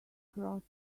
cross